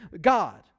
God